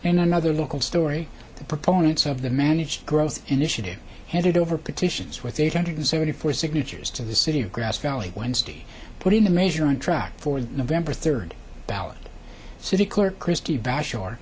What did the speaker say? and another local story the proponents of the managed growth initiative handed over petitions with eight hundred seventy four signatures to the city of grass valley wednesday putting the measure on track for the november third ballot city clerk christie vashe